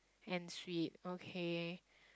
and sweet okay